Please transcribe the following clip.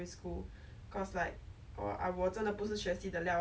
当一个成年人 is like